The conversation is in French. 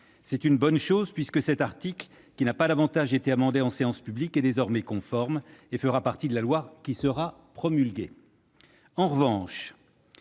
C'est une bonne chose, puisque cet article, qui n'a pas davantage été amendé en séance publique, est désormais conforme et fera partie de la loi promulguée. En revanche,